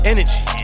Energy